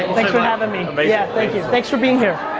thanks for having me, but yeah. thank you, thanks for being here,